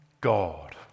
God